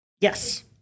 Yes